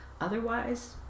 Otherwise